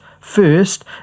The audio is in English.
First